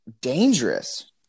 dangerous